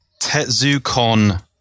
TetsuCon